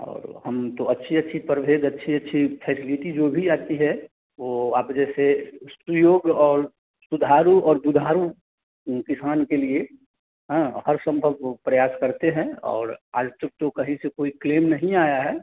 और हम तो अच्छी अच्छी प्रभेद अच्छी अच्छी फैसिलिटी जो भी आती है वो आप जैसे सप्रयोग और सुधारू और दूधारू किसान के लिए हाँ हर संभव वो प्रयास करते हैं और आज तक तो कहीं से कोई क्लेम नहीं आया है